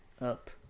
up